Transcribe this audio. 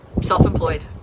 self-employed